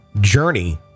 journey